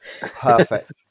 Perfect